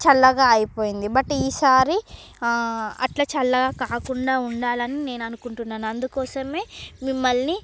చల్లగా అయిపోయింది బట్ ఈ సారి అలా చల్లగా కాకుండా ఉండాలని నేను అనుకుంటున్నాను అందుకోసమే మిమ్మల్ని